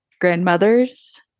grandmothers